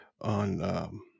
on